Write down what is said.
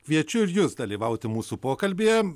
kviečiu ir jus dalyvauti mūsų pokalbyje